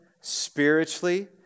spiritually